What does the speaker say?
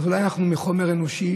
אז אולי אנחנו מחומר אנושי